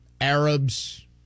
Arabs